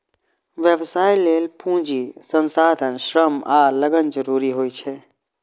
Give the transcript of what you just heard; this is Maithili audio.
व्यवसाय लेल पूंजी, संसाधन, श्रम आ लगन जरूरी होइ छै